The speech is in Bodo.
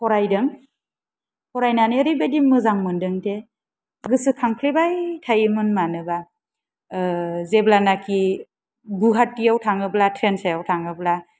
फरायदों फरायनानै एरैबायदि मोजां मोनदों जे गोसोखांफ्लेबाय थायोमोन मानोबा जेब्लानाखि गुवाहाटीआव थाङोब्ला ट्रेन सायाव थाङोब्ला